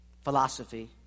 philosophy